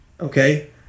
okay